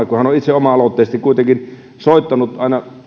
kun hän on itse oma aloitteisesti kuitenkin soittanut aina